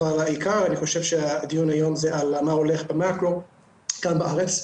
אבל עיקר הדיון היום זה על מה הולך במקרו כאן בארץ.